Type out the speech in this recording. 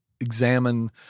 examine